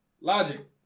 Logic